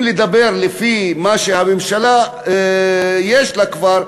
אם לדבר לפי מה שהממשלה, יש לה כבר,